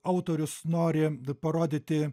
autorius nori parodyti